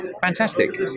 fantastic